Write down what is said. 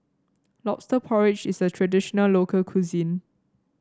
lobster porridge is a traditional local cuisine